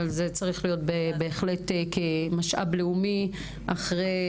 אבל זה צריך להיות בהחלט כמשאב לאומי אחרי